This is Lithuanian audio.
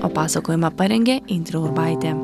o pasakojimą parengė indrė urbaitė